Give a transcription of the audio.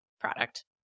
product